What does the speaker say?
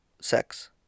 Sex